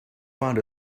find